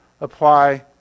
apply